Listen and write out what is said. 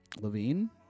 Levine